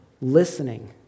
listening